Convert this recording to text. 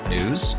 News